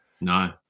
no